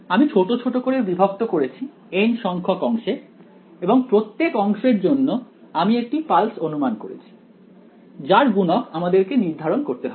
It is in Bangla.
আমি ছোট ছোট করে বিভক্ত করেছি n সংখ্যক অংশে এবং প্রত্যেক অংশের জন্য আমি একটি পালস অনুমান করেছি যার গুণক আমাদেরকে নির্ধারণ করতে হবে